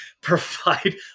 provide